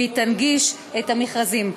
והיא תנגיש את המכרזים.